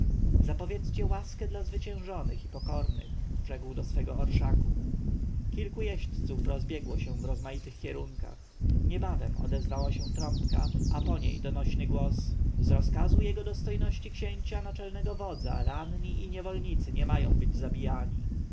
zapowiedzcie łaskę dla zwyciężonych i pokornych rzekł do swego orszaku kilku jeźdźców rozbiegło się w rozmaitych kierunkach niebawem odezwała się trąbka a po niej donośny głos z rozkazu jego dostojności księcia naczelnego wodza ranni i niewolnicy nie mają być zabijani